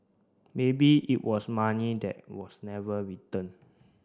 maybe it was money that was never return